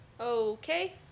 Okay